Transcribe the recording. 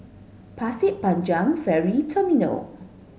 Pasir Panjang Ferry Terminal